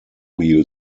wheel